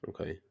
Okay